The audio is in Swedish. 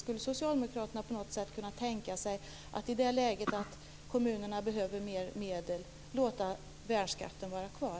Skulle socialdemokraterna kunna tänka sig att i ett läge då kommunerna behöver mer medel låta värnskatten vara kvar?